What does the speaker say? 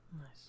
Nice